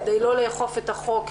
כדי לא לאכוף את החוק,